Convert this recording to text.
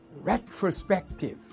retrospective